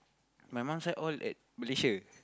my mum side all at Malaysia